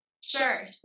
Sure